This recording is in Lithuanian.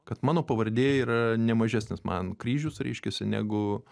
kad mano pavardė yra ne mažesnis man kryžius reiškiasi negu